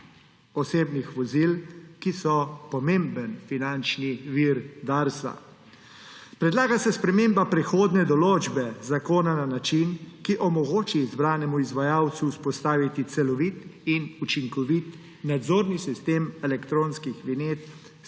osebnih vozil, ki so pomemben finančni vir Darsa. Predlaga se sprememba prehodne določbe zakona na način, ki omogoči izbranemu izvajalcu vzpostaviti celovit in učinkovit nadzorni sistem elektronskih vinjet